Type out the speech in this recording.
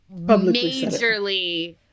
majorly